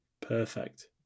Perfect